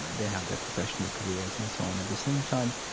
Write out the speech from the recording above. they have their professional careers and so on. at the same time,